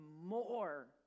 more